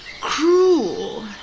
cruel